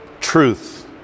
truth